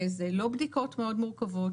ואלה לא בדיקות מאוד מורכבות,